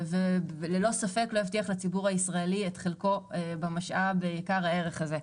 וללא ספק לא הבטיח לציבור הישראלי את חלקו במשאב יקר הערך הזה.